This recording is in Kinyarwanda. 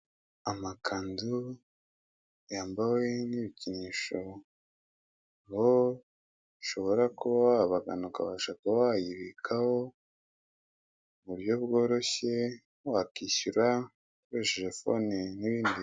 Amakanzuru yambawe n'ibikinishoho, aho ushobora kuba abaganga ukabasha kuba wayibikaho mu buryo bworoshye, wakishyura ukoresheje foni n'ibindi bintu.